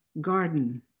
garden